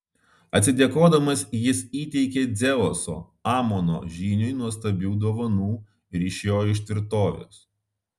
atsidėkodamas jis įteikė dzeuso amono žyniui nuostabių dovanų ir išėjo iš tvirtovės